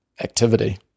activity